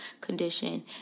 condition